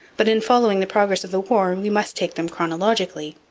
but in following the progress of the war we must take them chronologically.